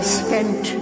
spent